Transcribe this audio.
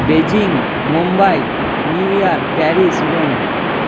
Beijing Mumbai New York Paris Rome